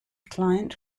client